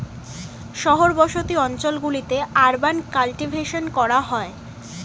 শহর বসতি অঞ্চল গুলিতে আরবান কাল্টিভেশন করা হয়